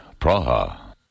Praha